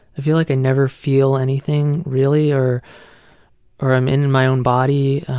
i feel like i never feel anything really or or i'm in in my own body.